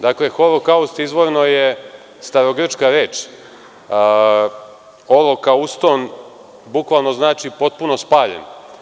Dakle, holokaust izvorno je starogrčka reč holokauston bukvalno znači potpuno spaljen.